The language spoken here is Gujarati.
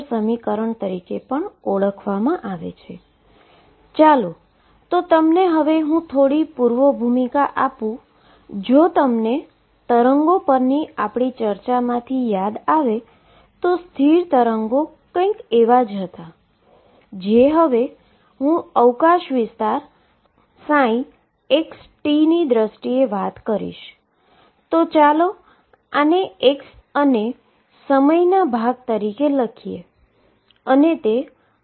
આ સમીકરણ અહીં બાઉન્ડ્રી દ્વારા ઉકેલી શકાય તેમ છે કારણ કે હવે માની લો કે હું કોઈ એક પાર્ટીકલની એનર્જી E લઉ છું હવે તે ક્યાંય પણ જઈ શકે છે અને તમે જોશો કે વેવ મર્યાદિત પોટેંશિયલ ક્ષેત્રમાં પણ પ્રવેશી શકે છે